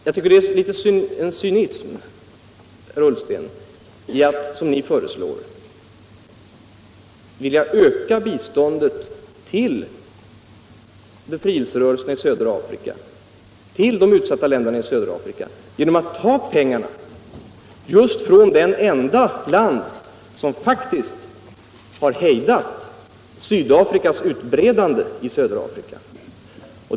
Jag tycker det ligger en cynism i det som ni föreslår, herr Ullsten, all vilja öka biståndet till befrielserörelserna i södra Afrika och till de utsatta länderna där genom att ta pengarna just från det enda länd som faktiskt har hejdat Sydafrikas utbrodande i södra Afrika.